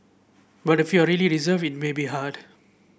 but if you are really reserved it may be hard